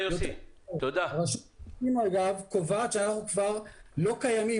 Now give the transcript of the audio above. רשות המסים אגב קובעת שאנחנו כבר לא קיימים,